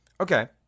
Okay